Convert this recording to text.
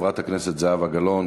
חברת הכנסת זהבה גלאון,